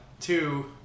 Two